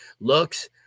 looks